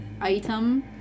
item